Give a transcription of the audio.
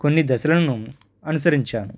కొన్ని దశలను అనుసరించాను